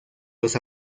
los